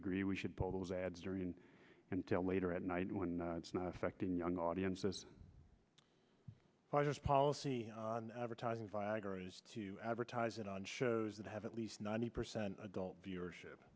agree we should pull those ads during until later at night when it's not affecting young audiences policy on advertising to advertise it on shows that have at least ninety percent adult viewership